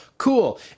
cool